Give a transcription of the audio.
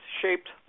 shaped